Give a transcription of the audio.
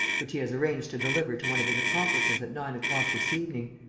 which he has arranged to deliver to one of his accomplices at nine o'clock this evening,